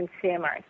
consumers